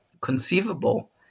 conceivable